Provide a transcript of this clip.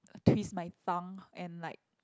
twist my tongue and like